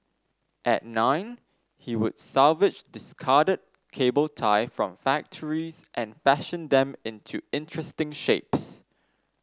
at nine he would salvage discarded cable tie from factories and fashion them into interesting shapes